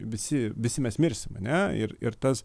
visi visi mes mirsim ane ir ir tas